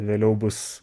vėliau bus